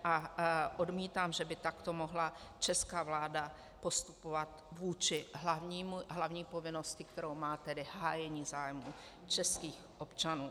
A odmítám, že by takto mohla česká vláda postupovat vůči hlavní povinnosti, kterou má, tedy hájení zájmů českých občanů.